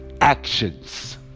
Actions